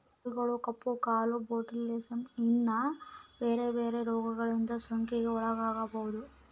ಕುರಿಗಳು ಕಪ್ಪು ಕಾಲು, ಬೊಟುಲಿಸಮ್, ಇನ್ನ ಬೆರೆ ಬೆರೆ ರೋಗಗಳಿಂದ ಸೋಂಕಿಗೆ ಒಳಗಾಗಬೊದು